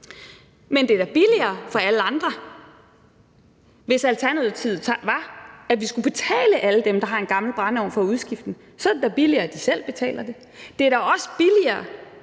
Men det er da billigere for alle andre, hvis alternativet var, at vi skulle betale alle dem, der har en gammel brændeovn, for at udskifte den. Så er det da billigere, at de selv betaler det. Det er da også billigere,